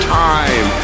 time